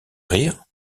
rire